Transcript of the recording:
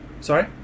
Sorry